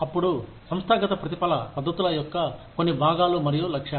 అప్పుడు సంస్థాగత ప్రతిఫల పద్ధతుల యొక్క కొన్ని భాగాలు మరియు లక్ష్యాలు